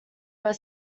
were